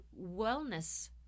wellness